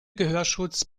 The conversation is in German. gehörschutz